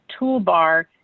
toolbar